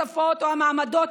השפות או המעמדות,